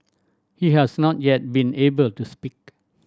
he has not yet been able to speak